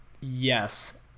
yes